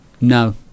no